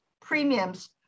premiums